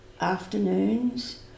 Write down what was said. afternoons